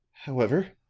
however,